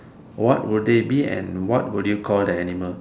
what would they be and what would you call the animal